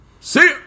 See